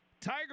Tiger